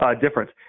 difference